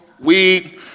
weed